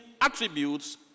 attributes